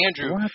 Andrew